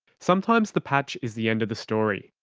sometimes the patch is the end of the story,